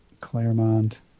Claremont